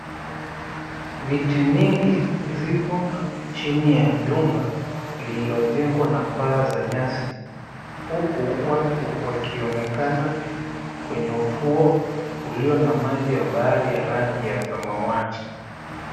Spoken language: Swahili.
Viti mingi zipo chini ya jumba lililojengwa na paa za nyasi, huku watu wakionekana kwenye ufuo ulio na maji ya bahari ya rangi ya samawati.